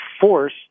force